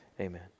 amen